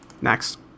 Next